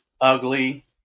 ugly